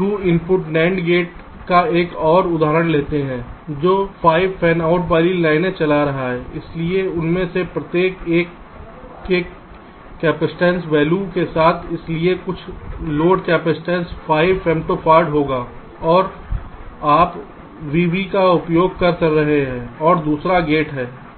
2 input NAND gate का एक और उदाहरण लेते हैं जो 5 फैनआउट वाली लाइनें चला रहा है इसलिए उनमें से प्रत्येक 1 के कैप्सटेंस वैल्यू के साथ है इसलिए कुल लोड कैप्सटेंस 5 फेमटॉफर्ड होगा और आप vB का उपयोग कर रहे हैं यह दूसरा गेट है